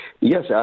Yes